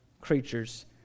creatures